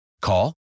Call